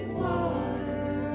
water